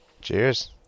Cheers